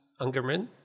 Ungerman